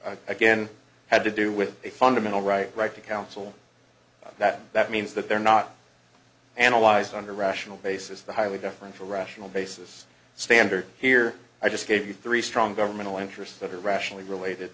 they again had to do with a fundamental right right to counsel that that means that they're not analyzed under a rational basis the highly deferential rational basis standard here i just gave you three strong governmental interests that are rationally related